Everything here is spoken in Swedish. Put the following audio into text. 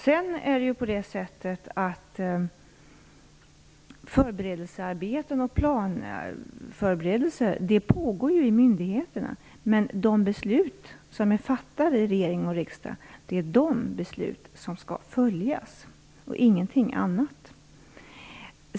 Sedan pågår det förberedelsearbeten och planförberedelser i myndigheterna, men det är de beslut som är fattade i regering och riksdag som skall följas och ingenting annat.